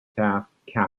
captain